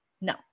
No